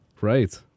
Right